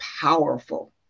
powerful